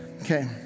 Okay